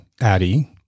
Addie